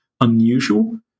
unusual